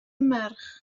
merch